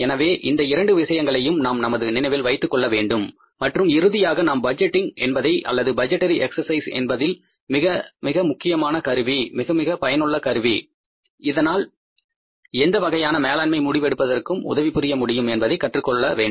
எனவே இந்த இரண்டு விஷயங்களையும் நாம் நமது நினைவில் வைத்துக்கொள்ள வேண்டும் மற்றும் இறுதியாக நாம் பட்ஜெட்டிங் என்பதைப் அல்லது பட்ஜெட்டேரி எக்சர்சைஸ் என்பதில் மிக மிக முக்கியமான கருவி மிக மிக பயனுள்ள கருவி இதனால் எந்த வகையான மேலாண்மை முடிவு எடுப்பதற்கும் உதவி புரிய முடியும் என்பதை கற்றுக்கொள்ள வேண்டும்